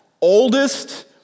oldest